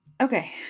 Okay